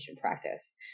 practice